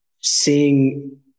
seeing